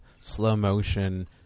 slow-motion